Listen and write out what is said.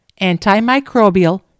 antimicrobial